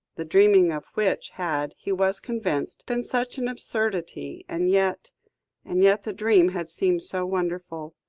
the dreaming of which had, he was convinced, been such an absurdity, and yet and yet, the dream had seemed so wonderful.